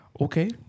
okay